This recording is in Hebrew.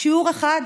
שיעור אחד,